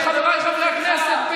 חבריי חברי הכנסת,